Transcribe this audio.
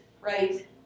right